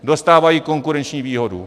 Dostávají konkurenční výhodu.